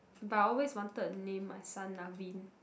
but I always wanted to name my son Navin